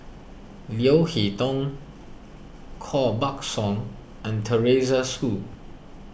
Leo Hee Tong Koh Buck Song and Teresa Hsu